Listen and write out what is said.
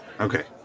Okay